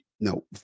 No